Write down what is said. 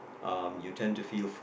um you tend to feel fu~